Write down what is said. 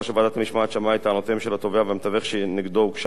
שמעה את טענותיהם של התובע והמתווך שנגדו הוגשה הקובלנה,